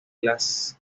las